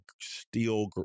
steel